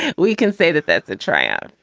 and we can say that that's a triumph